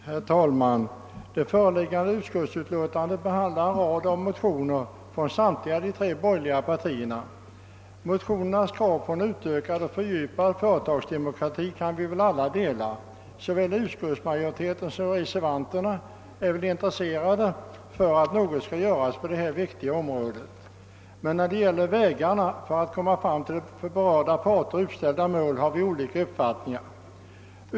Herr talman! Det föreliggande utskottsutlåtandet behandlar en rad motioner från samtliga de tre borgerliga partierna. Motionernas krav på en utökad och fördjupad företagsdemokrati kan vi alla dela. Såväl utskottsmajoriteten som reservanterna är intresserade av att något görs på detta viktiga område. Men när det gäller vägarna att komma fram till för berörda parter uppställda mål har vi olika uppfattningar.